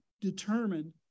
determined